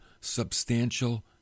substantial